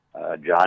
John